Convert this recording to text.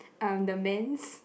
um the man's